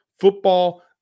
football